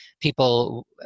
people